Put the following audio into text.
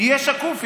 תהיה שקופה,